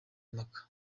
impaka